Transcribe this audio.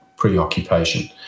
preoccupation